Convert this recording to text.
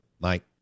Mike